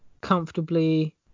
comfortably